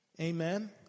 Amen